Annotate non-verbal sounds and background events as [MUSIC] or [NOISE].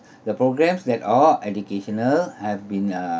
[BREATH] the programmes that are educational have been uh